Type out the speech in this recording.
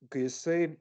kai jisai